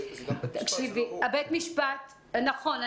נכון,